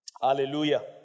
hallelujah